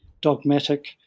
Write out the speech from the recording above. dogmatic